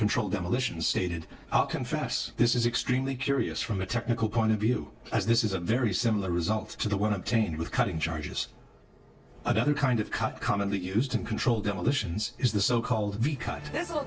controlled demolitions stated i'll confess this is extremely curious from a technical point of view as this is a very similar result to the one obtained with cutting charges another kind of cut commonly used in controlled demolitions is the so called because that's no